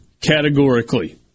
categorically